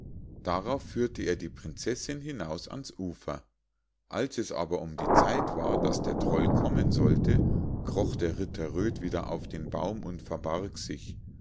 darauf führte er die prinzessinn hinaus ans ufer als es aber um die zeit war daß der troll kommen sollte kroch der ritter röd wieder auf den baum und verbarg sich